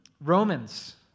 Romans